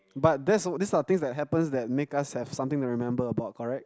but this type of things that happens that make us have something to remember about correct